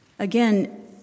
Again